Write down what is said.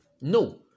No